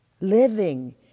Living